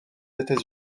états